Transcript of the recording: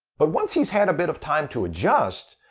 but once he's had a bit of time to adjust,